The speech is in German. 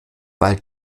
weil